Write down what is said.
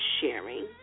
sharing